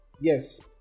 Yes